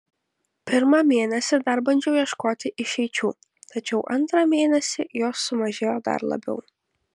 pirmą mėnesį dar bandžiau ieškoti išeičių tačiau antrą mėnesį jos sumažėjo dar labiau